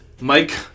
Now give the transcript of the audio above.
Mike